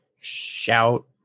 shout